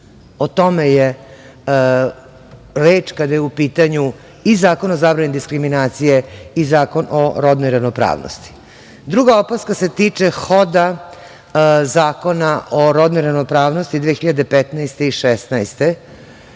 O tome je reč kada je u pitanju i Zakon o zabrani diskriminacije i Zakon o rodnoj ravnopravnosti. Druga opaska se tiče Zakona o rodnoj ravnopravnosti 2015. i 2016.